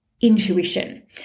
intuition